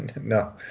No